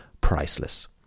Priceless